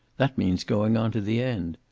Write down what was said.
that means going on to the end.